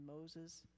Moses